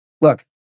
look